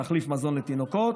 תחליף מזון לתינוקות,